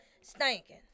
stinking